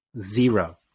zero